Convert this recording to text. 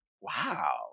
wow